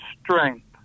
strength